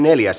asia